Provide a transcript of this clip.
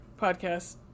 podcast